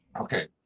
Okay